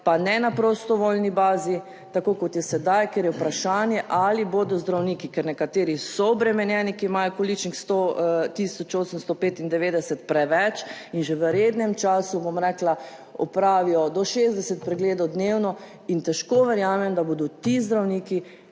pa ne na prostovoljni bazi, tako kot je sedaj, ker je vprašanje, ali bodo zdravniki, ker nekateri so obremenjeni, ki imajo količnik 1.895 preveč in že v rednem času, bom rekla, opravijo do 60 pregledov dnevno in težko verjamem, da bodo ti zdravniki